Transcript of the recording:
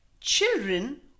Children